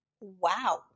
Wow